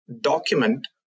document